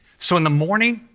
so in the morning,